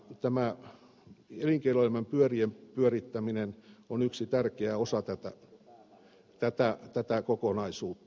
tämä elinkeinoelämän pyörien pyörittäminen on yksi tärkeä osa tätä kokonaisuutta